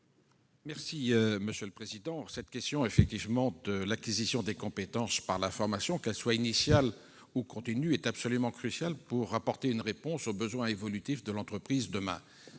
M. Michel Canevet. Si la question de l'acquisition des compétences par la formation, qu'elle soit initiale ou continue, est absolument cruciale pour apporter une réponse aux besoins évolutifs de l'entreprise de demain,